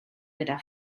gyda